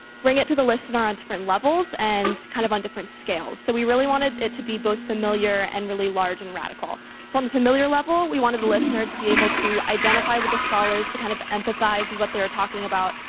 bring it to the listener on different levels and kind of on different scales. so we really wanted it to be both familiar and really large and radical. so on the familiar level, we wanted the listener to be able to identify with the scholars to kind of empathize with what they were talking about,